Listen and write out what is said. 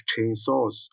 chainsaws